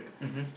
mmhmm